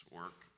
work